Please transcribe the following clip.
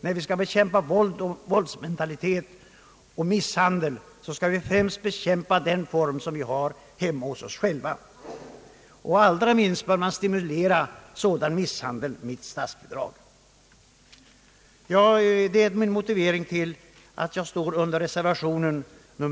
När vi skall bekämpa våldsmentalitet och misshandel i världen skall vi börja bekämpa de former därav som vi har hemma hos oss själva Allra minst bör man stimulera misshandel och våldsmentalitet med statsbidrag. Detta är motiveringen till att mitt namn står under reservation